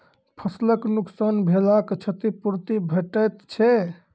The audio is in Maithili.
फसलक नुकसान भेलाक क्षतिपूर्ति भेटैत छै?